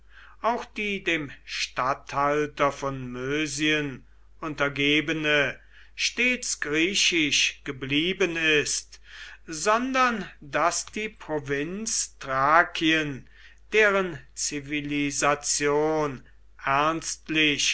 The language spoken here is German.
auch die dem statthalter von mösien untergebene stets griechisch geblieben ist sondern daß die provinz thrakien deren zivilisation